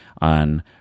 on